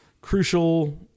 crucial